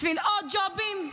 בשביל עוד ג'ובים?